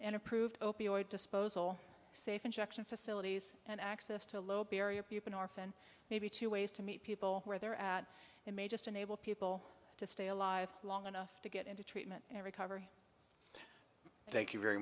and approved opioid disposal safe injection facilities and access to low barrier people often maybe two ways to meet people where they're at and may just enable people to stay alive long enough to get into treatment and recovery thank you very